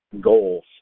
goals